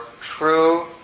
true